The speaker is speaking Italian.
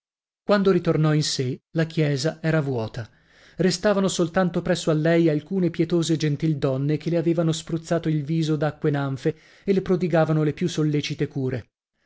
quando ritornò in sè la chiesa era vuota restavano soltanto presso a lei alcune pietose gentildonne che le avevano spruzzato il viso d'acque nanfe e lo prodigavano le più sollecite cure